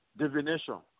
divination